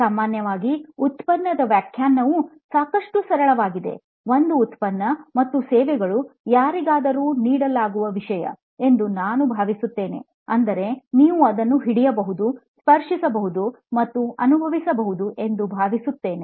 ಸಾಮಾನ್ಯವಾಗಿ ಉತ್ಪನ್ನದ ವ್ಯಾಖ್ಯಾನವು ಸಾಕಷ್ಟು ಸರಳವಾಗಿದೆ ಒಂದು ಉತ್ಪನ್ನ ಮತ್ತು ಸೇವೆಗಳು ಯಾರಿಗಾದರೂ ನೀಡಲಾಗುವ ವಿಷಯ ಎಂದು ನಾನು ಭಾವಿಸುತ್ತೇನೆ ಅಂದರೆ ನೀವು ಅದನ್ನು ಹಿಡಿಯಬಹುದು ಸ್ಪರ್ಶಿಸಬಹುದು ಮತ್ತು ಅನುಭವಿಸಬಹುದು ಎಂದು ಭಾವಿಸುತ್ತೇನೆ